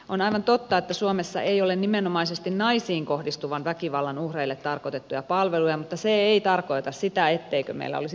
on aivan totta että suomessa ei ole nimenomaisesti naisiin kohdistuvan väkivallan uhreille tarkoitettuja palveluja mutta se ei tarkoita sitä etteikö meillä olisi palveluita